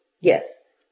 yes